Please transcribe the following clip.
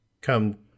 come